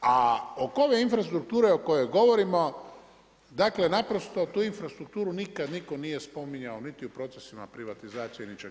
A oko ove infrastrukture o kojoj govorimo, dakle naprosto tu infrastrukturu nikad nitko nije spominjao niti u procesima privatizacije, ničega.